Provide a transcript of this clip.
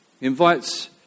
invites